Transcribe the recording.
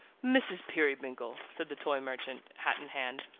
mrs. peerybingle! said the toy merchant, hat in hand,